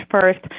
first